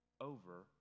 over